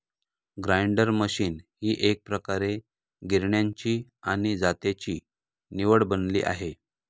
grinder machine ही एकप्रकारे गिरण्यांची आणि जात्याची निवड बनली आहे